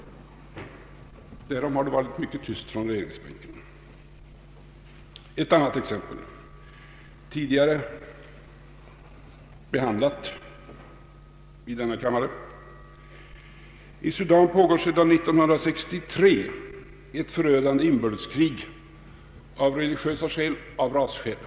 Därom har det varit mycket tyst från regeringsbänken. Ett annat exempel, tidigare behandlat i denna kammare: I Sudan pågår sedan 1963 ett förödande inbördeskrig av religiösa skäl och av rasskäl.